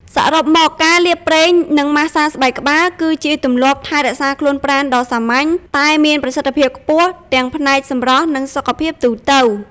សរុបមក ការលាបប្រេង និងម៉ាស្សាស្បែកក្បាល គឺជាទម្លាប់ថែរក្សាខ្លួនប្រាណដ៏សាមញ្ញ តែមានប្រសិទ្ធភាពខ្ពស់ទាំងផ្នែកសម្រស់ និងសុខភាពទូទៅ។